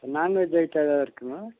non veg item ஏதாவது இருக்குங்களா